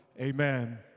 Amen